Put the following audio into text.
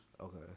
Okay